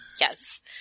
Yes